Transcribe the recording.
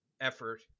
effort